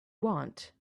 want